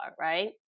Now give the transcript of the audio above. Right